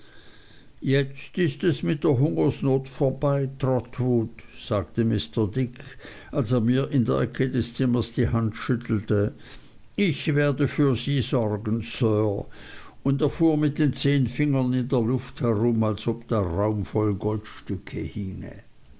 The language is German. jetzt ist es mit der hungersnot vorbei trotwood sagte mr dick als er mir in der ecke des zimmers die hand schüttelte ich werde für sie sorgen sir und er fuhr mit den zehn fingern in der luft herum als ob der raum voll goldstücke hinge